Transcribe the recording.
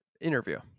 interview